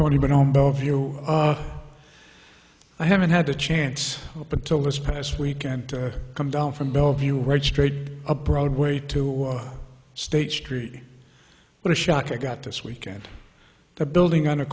twenty but on bellevue i haven't had the chance up until this past weekend to come down from bellevue road straight up broadway to state street but a shock i got this weekend the building on